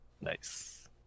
Nice